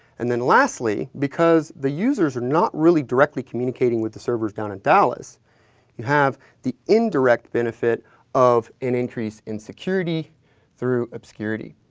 and then lastly because the users are not really directly communicating with the server down in dallas you have the indirect benefit of an increase in security through obscurity.